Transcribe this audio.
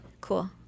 cool